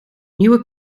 nieuwe